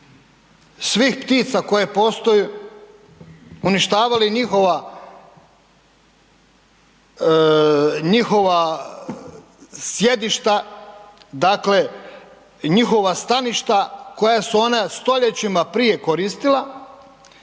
svih ptica koje postoje, uništavali njihova sjedišta, dakle njihova staništa koja su ona stoljećima prije koristila,